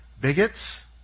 bigots